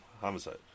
homicide